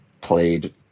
played